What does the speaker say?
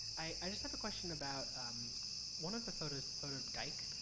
i just have a question about um one of the photos, the photo dyke,